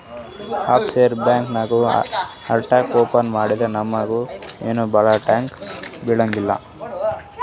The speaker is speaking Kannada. ಆಫ್ ಶೋರ್ ಬ್ಯಾಂಕ್ ನಾಗ್ ಅಕೌಂಟ್ ಓಪನ್ ಮಾಡಿದ್ರ ನಮುಗ ಏನ್ ಭಾಳ ಟ್ಯಾಕ್ಸ್ ಬೀಳಂಗಿಲ್ಲ